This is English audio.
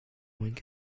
wink